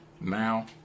now